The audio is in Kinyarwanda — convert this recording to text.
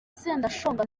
sendashonga